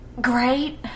Great